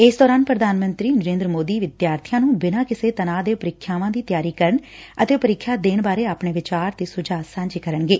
ਇਸ ਦੌਰਾਨ ਪ੍ਰਧਾਨ ਮੰਤਰੀ ਨਰੇਦਰ ਮੋਦੀ ਵਿਦਿਆਰਬੀ ਨੁੰ ਬਿਨਾਂ ਕਿਸੇ ਤਣਾਅ ਦੇ ਪ੍ਰੀਖਿਆਵਾਂ ਦੀ ਤਿਆਰੀ ਕਰਨ ਅਤੇ ਪ੍ਰੀਖਿਆ ਦੇਣ ਬਾਰੇ ਆਪਣੇ ਵਿਚਾਰ ਅਤੇ ਸੁਝਾਅ ਸਾਂਝੇ ਕਰਨਗੇ